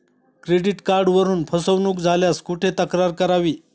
Credit कार्डवरून फसवणूक झाल्यास कुठे तक्रार करावी?